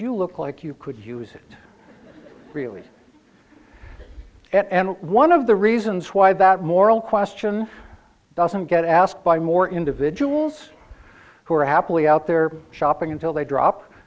you look like you could use it really and one of the reasons why that moral question doesn't get asked by more individuals who are happily out there shopping until they drop